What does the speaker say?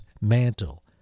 Mantle